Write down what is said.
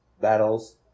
battles